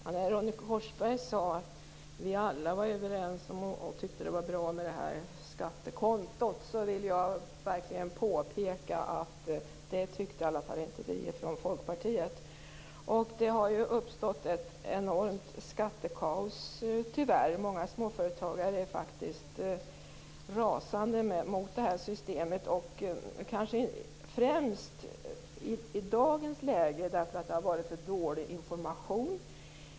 Fru talman! Ronny Korsberg sade att vi alla var överens om att skattekontot var bra. Jag vill verkligen påpeka att i varje fall vi från Folkpartiet inte tyckte det. Det har tyvärr uppstått ett enormt skattekaos. Många småföretagare är faktiskt rasande över det här systemet, kanske främst i dagens läge, därför att det har varit för dålig information.